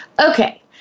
Okay